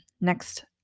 Next